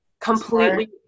completely